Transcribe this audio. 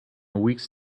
weeks